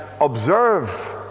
observe